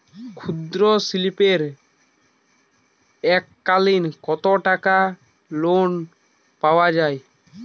ক্ষুদ্রশিল্পের এককালিন কতটাকা লোন পাওয়া য়ায়?